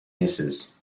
nieces